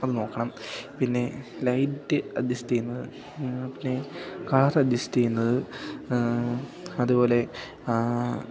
അതു നോക്കണം പിന്നെ ലൈറ്റ് അഡ്ജസ്റ്റെയ്യുന്നത് പിന്നെ കളർ അഡ്ജസ്റ്റെയ്യുന്നത് അതുപോലെ